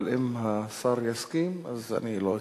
אבל אם השר יסכים, אני לא אתנגד.